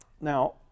Now